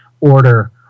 order